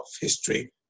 history